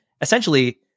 essentially